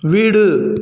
வீடு